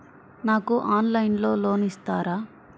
నాకు ఆన్లైన్లో లోన్ ఇస్తారా?